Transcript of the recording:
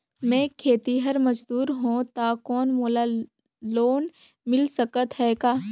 मैं खेतिहर मजदूर हों ता कौन मोला लोन मिल सकत हे का?